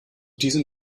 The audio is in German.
diesem